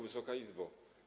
Wysoka Izbo!